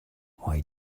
why